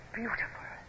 beautiful